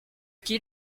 qui